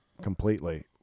completely